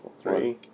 Three